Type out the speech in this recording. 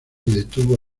detuvo